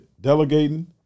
delegating